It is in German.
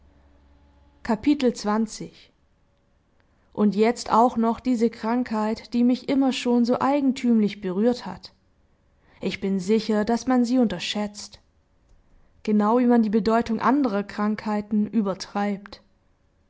und jetzt auch noch diese krankheit die mich immer schon so eigentümlich berührt hat ich bin sicher daß man sie unterschätzt genau wie man die bedeutung anderer krankheiten übertreibt